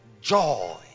joy